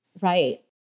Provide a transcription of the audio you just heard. Right